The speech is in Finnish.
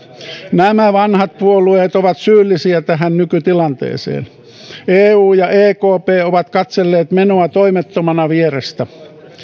nämä vanhat puolueet ovat syyllisiä tähän nykytilanteeseen eu ja ekp ovat katselleet menoa toimettomina vierestä